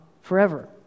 forever